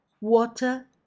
water